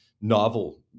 novel